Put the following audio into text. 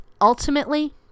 ultimately